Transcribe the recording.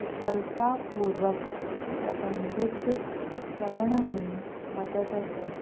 कुशलता पूर्वक प्रबंधित करण में मदद कई